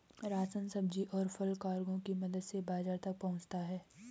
ration, सब्जी, और फल कार्गो की मदद से बाजार तक पहुंचता है